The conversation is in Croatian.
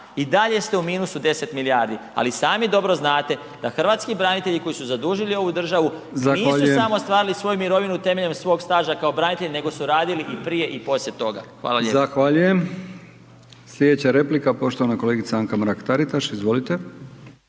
i dalje ste u minusu 10 milijardi. Ali sami dobro znate da hrvatski branitelji koji su zadužili ovu državu nisu samo ostvarili svoju mirovinu temeljem svog staža kao branitelji nego su radili i prije i poslije toga. Hvala lijepo. **Brkić, Milijan (HDZ)** Zahvaljujem. Sljedeća replika poštovana kolegica Anka Mrak Taritaš.